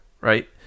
right